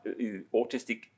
autistic